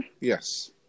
Yes